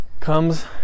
comes